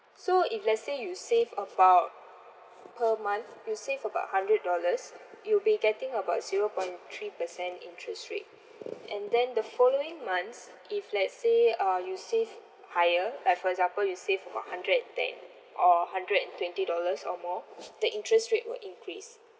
so if let's say you save about per month you save about hundred dollars you'll be getting about zero point three percent interest rate and then the following months if let's say uh you save higher like for example you save about hundred and ten or hundred and twenty dollars or more the interest rate will increase